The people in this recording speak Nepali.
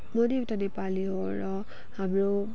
म नि एउटा नेपाली हो र हाम्रो